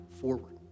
forward